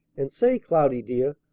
and say, cloudy, dear,